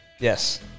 Yes